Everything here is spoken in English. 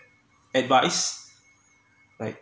advise like